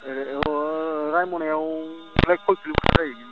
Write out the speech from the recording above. ए औ रायमनायावलाय खय किलमिटार जायो ओमफ्राय